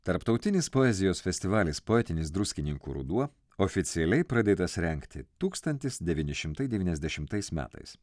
tarptautinis poezijos festivalis poetinis druskininkų ruduo oficialiai pradėtas rengti tūkstantis devyni šimtai devyniasdešimtais metais